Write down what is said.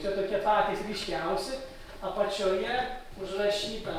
čia tokie patys ryškiausi apačioje užrašyta